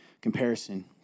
comparison